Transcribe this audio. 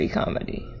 comedy